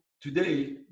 Today